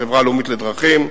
החברה הלאומית לדרכים,